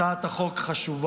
הצעת חוק חשובה,